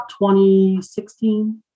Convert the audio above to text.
2016